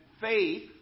faith